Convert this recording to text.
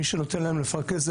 מי שנותן להם לפרכס זאת